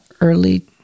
early